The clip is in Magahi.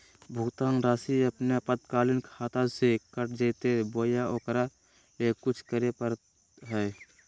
भुक्तान रासि अपने आपातकालीन खाता से कट जैतैय बोया ओकरा ले कुछ करे परो है?